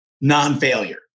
non-failure